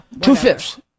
Two-fifths